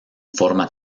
forma